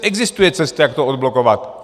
Existuje cesta, jak to odblokovat.